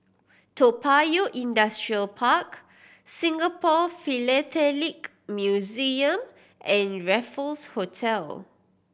Toa Payoh Industrial Park Singapore Philatelic Museum and Raffles Hotel